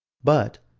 but,